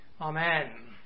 Amen